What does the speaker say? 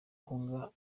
ahunga